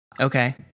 okay